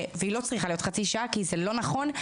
זה לא נכון,